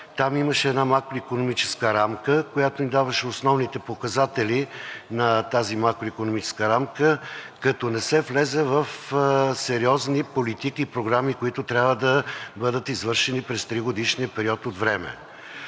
Там имаше една макроикономическа рамка, която им даваше основните показатели на тази макроикономическа рамка, като не се влезе в сериозни политики и програми, които трябва да бъдат извършени през тригодишния период от време.